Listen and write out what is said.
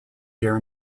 year